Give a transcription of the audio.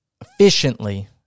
efficiently